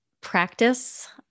practice